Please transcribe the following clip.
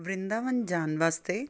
ਬ੍ਰਿੰਦਾਵਨ ਜਾਣ ਵਾਸਤੇ